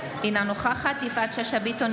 אינה נוכחת יפעת שאשא ביטון,